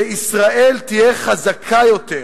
שישראל תהיה חזקה יותר,